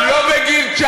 גם לא בגיל 19,